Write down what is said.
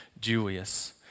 Julius